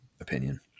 opinion